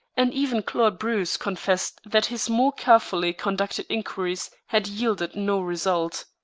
and even claude bruce confessed that his more carefully conducted inquiries had yielded no result.